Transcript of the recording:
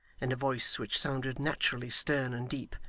in a voice which sounded naturally stern and deep.